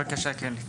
בבקשה, כן.